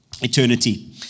eternity